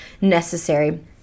necessary